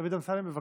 דוד אמסלם, בבקשה.